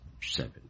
Seven